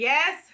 Yes